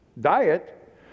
diet